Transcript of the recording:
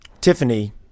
Tiffany